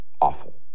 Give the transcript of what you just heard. Awful